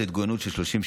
חבר הכנסת סימון דוידסון,